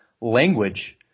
language